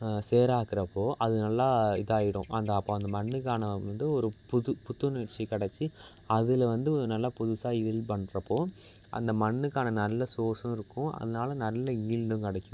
சேறாக ஆக்கறப்போ அது நல்லா இதாயிடும் அந்த அப்போ அந்த மண்ணுக்கான வந்து ஒரு புது புத்துணர்ச்சு கிடச்சி அதில் வந்து நல்ல புதுசாக ஈல்ட் பண்ணுறப்போ அந்த மண்ணுக்கான நல்ல சோர்ஸும் இருக்கும் அதனால நல்ல ஈல்டும் கிடைக்கும்